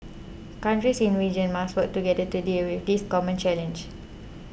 countries in the region must work together to deal with this common challenge